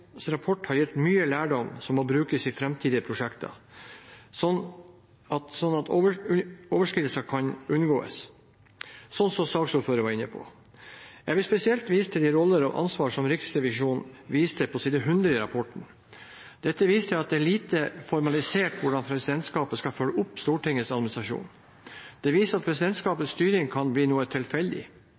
rapport har gitt mye lærdom som må brukes i framtidige prosjekter, slik at overskridelser kan unngås – som saksordføreren var inne på. Jeg vil spesielt vise til de roller og det ansvar som Riksrevisjonen viser til på side 100 i rapporten. Dette viser at det er lite formalisert hvordan presidentskapet skal følge opp Stortingets administrasjon. Det viser at presidentskapets styring kan bli noe tilfeldig.